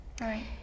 right